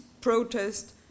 protest